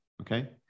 Okay